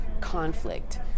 conflict